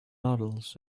models